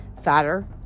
fatter